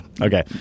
Okay